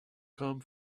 come